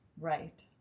right